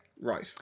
Right